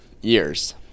years